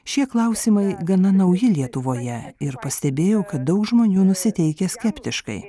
šie klausimai gana nauji lietuvoje ir pastebėjau kad daug žmonių nusiteikę skeptiškai